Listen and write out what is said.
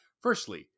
Firstly